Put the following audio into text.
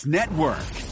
Network